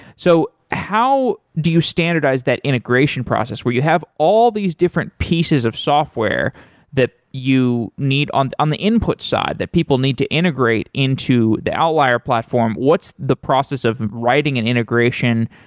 so how do you standardize that integration process where you have all these different pieces of software that you need on on the input side that people need to integrate into the outlier platform? what's the process of writing an integration,